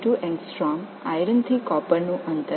92 angstrom இரும்பிலிருந்து copper தூரம் 3